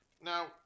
Now